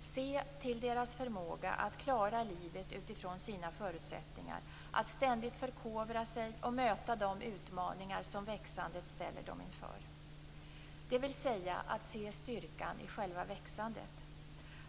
se till deras förmåga att klara livet utifrån sina förutsättningar, att ständigt förkovra sig och möta de utmaningar som växandet ställer dem inför, dvs. att se styrkan i själva växandet.